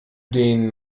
den